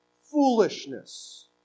foolishness